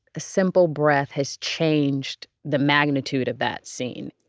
a simple breath has changed the magnitude of that scene